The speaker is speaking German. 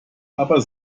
aber